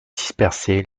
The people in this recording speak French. dispersées